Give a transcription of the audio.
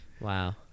Wow